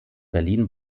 berlin